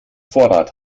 vorrat